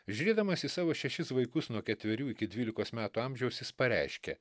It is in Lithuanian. žiūrėdamas į savo šešis vaikus nuo ketverių iki dvylikos metų amžiaus jis pareiškė